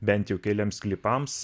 bent jau keliems sklypams